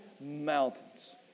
Mountains